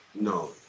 No